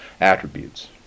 attributes